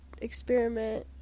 experiment